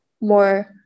more